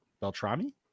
Beltrami